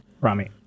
Rami